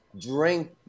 drink